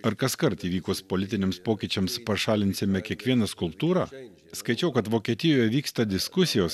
ar kaskart įvykus politiniams pokyčiams pašalinsime kiekvieną skulptūrą skaičiau kad vokietijoje vyksta diskusijos